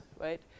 right